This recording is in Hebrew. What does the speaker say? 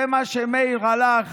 זה מה שמאיר הלך